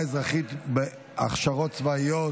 השירות הצבאי,